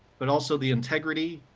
but also the integrity,